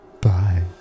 bye